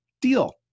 deal